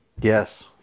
Yes